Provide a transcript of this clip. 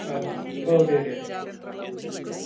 अ दे दे दे